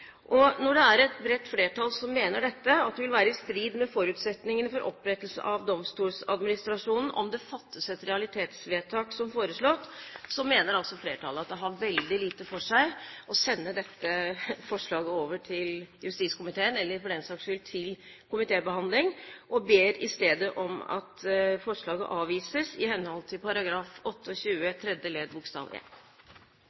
Når det er et bredt flertall som mener at det vil være i strid med forutsetningene for opprettelse av Domstoladministrasjonen om det fattes et realitetsvedtak som foreslått, mener altså flertallet at det har veldig lite for seg å sende dette forslaget over til justiskomiteen, eller for den saks skyld til komitébehandling, og ber i stedet om at forslaget avvises i henhold til